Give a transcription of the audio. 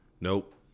Nope